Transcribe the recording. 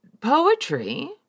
poetry